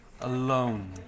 alone